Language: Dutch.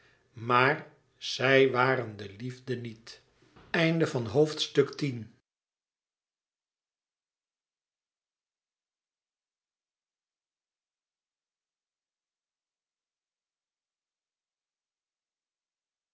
maar zij waren de liefde niet